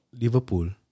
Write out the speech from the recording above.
Liverpool